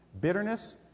Bitterness